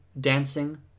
dancing